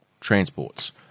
transports